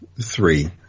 three